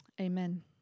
amen